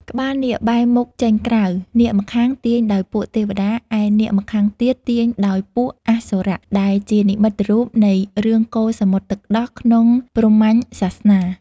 ក្បាលនាគបែរមុខចេញក្រៅ នាគម្ខាងទាញដោយពួកទេវតា ឯនាគម្ខាងទៀតទាញដោយពួកអសុរៈ ដែលជានិមិត្តរូបនៃរឿងកូរសមុទ្រទឹកដោះក្នុងព្រហ្មញ្ញសាសនា ។